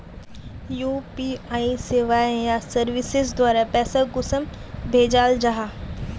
UPI सेवाएँ या services द्वारा पैसा कुंसम भेजाल जाहा?